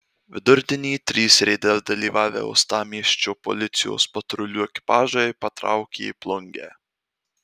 vidurdienį trys reide dalyvavę uostamiesčio policijos patrulių ekipažai patraukė į plungę